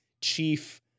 chief